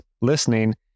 listening